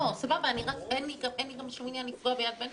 לי אין שום עניין גם לפגוע ביד בן-צבי,